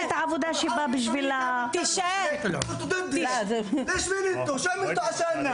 (יוסף חדאד יוצא מאולם